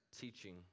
teaching